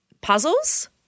Puzzles